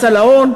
מס על ההון,